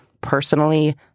Personally